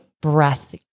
breath